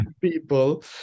people